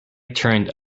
turned